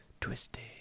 twisted